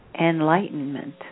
enlightenment